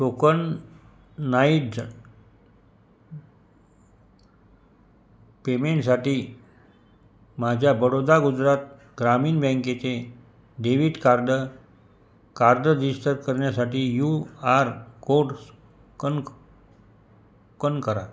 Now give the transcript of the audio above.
tokenise पेमेंटसाठी माझ्या बडोदा गुजरात ग्रामीण बँकेचे डेबिट कार्ड कार्ड रजीस्टर करण्यासाठी यू आर कोड कन कन करा